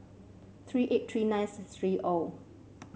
three eight three nine three O